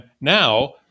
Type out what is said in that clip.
Now